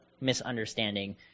misunderstanding